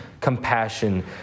compassion